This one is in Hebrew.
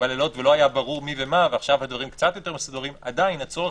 הדיון הזה, יסודר או ייעשה מה שצריך